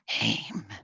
aim